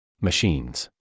Machines